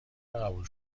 قبول